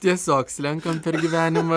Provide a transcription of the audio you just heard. tiesiog slenkam per gyvenimą